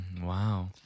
Wow